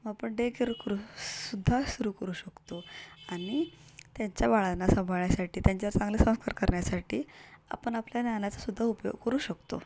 मग आपण day care करू सुद्धा सुरू करू शकतो आणि त्यांच्या बाळांना सांभाळण्यासाठी त्यांच्यावर चांगले संस्कार करण्यासाठी आपण आपल्या ज्ञानाचासुद्धा उपयोग करू शकतो